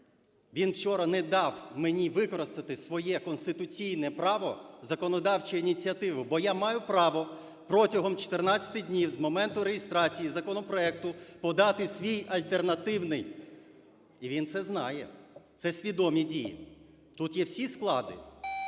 він вчора не дав мені використати своє конституційне право законодавчої ініціативи, бо я маю право протягом 14 днів з моменту реєстрації законопроекту подати свій альтернативний. І він це знає, це свідомі дії, тут є всі склади.